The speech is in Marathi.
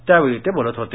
त्यावेळी ते बोलत होते